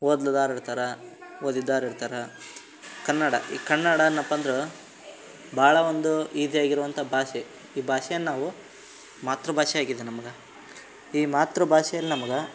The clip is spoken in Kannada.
ಓದ್ಲಿದ್ದೋರ್ ಇರ್ತಾರೆ ಓದಿದ್ದೋರ್ ಇರ್ತಾರೆ ಕನ್ನಡ ಈ ಕನ್ನಡ ಏನಪ್ಪ ಅಂದರೂ ಭಾಳ ಒಂದು ಈಝಿ ಆಗಿರುವಂಥ ಭಾಷೆ ಈ ಭಾಷೆಯನ್ ನಾವು ಮಾತೃಭಾಷೆ ಆಗಿದೆ ನಮ್ಗೆ ಈ ಮಾತೃಭಾಷೆ ನಮ್ಗೆ